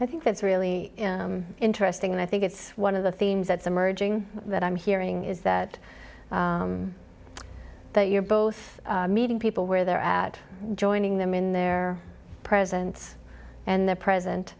i think that's really interesting and i think it's one of the themes that's emerging that i'm hearing is that you're both meeting people where they're at joining them in their presence and their present